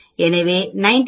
எனவே 95 p 0